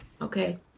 okay